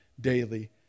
daily